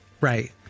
Right